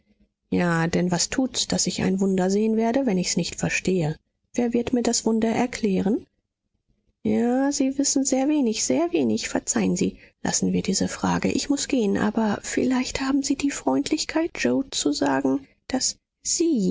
ja denn was tut's daß ich ein wunder sehen werde wenn ich es nicht verstehe wer wird mir das wunder erklären ja sie wissen sehr wenig sehr wenig verzeihen sie lassen wir diese frage ich muß gehen aber vielleicht haben sie die freundlichkeit yoe zu sagen daß sie